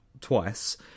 twice